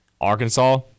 Arkansas